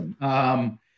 awesome